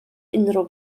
unrhyw